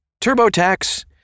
TurboTax